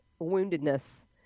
woundedness